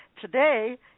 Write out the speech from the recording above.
Today